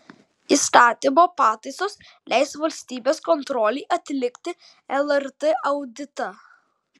įstatymo pataisos leis valstybės kontrolei atlikti lrt auditą